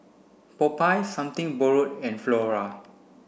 Popeyes Something Borrowed and Flora